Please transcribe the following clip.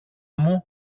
μου